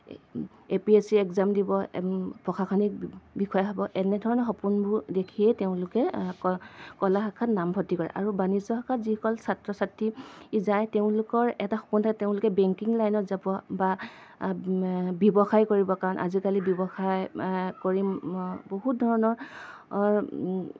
এ P S C exam দিব প্ৰশাসনিক বিষয়া হ'ব এনেধৰণৰ সপোনবোৰ দেখিয়ে তেওঁলোকে কলা শাখাত নামভৰ্তি কৰে আৰু বাণিজ্য শাখাত যিসকল ছাত্ৰ ছাত্ৰী যায় তেওঁলোকৰ এটা সপোন থাকে তেওঁলোকে বেংকিং লাইনত যাব বা ব্যৱসায় কৰিব কাৰণ আজিকালি ব্যৱসায় কৰি বহুত ধৰণৰ